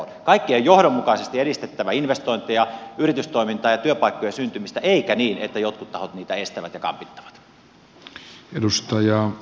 kaikkien on johdonmukaisesti edistettävä investointeja yritystoimintaa ja työpaikkojen syntymistä eikä niin että jotkut tahot niitä estävät ja kampittavat